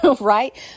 right